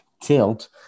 tilt